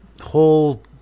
whole